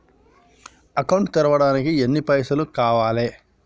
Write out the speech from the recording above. Account తెరవడానికి ఎన్ని పైసల్ కావాలే?